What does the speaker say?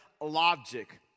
logic